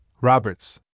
Roberts